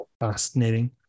Fascinating